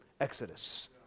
exodus